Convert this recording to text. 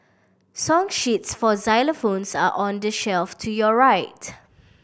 song sheets for xylophones are on the shelf to your right